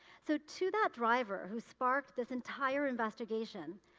so, to that driver who sparked this entire investigation,